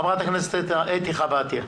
חברת הכנסת אתי חוה עטייה.